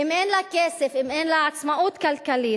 אם אין להן כסף, אם אין להן עצמאות כלכלית.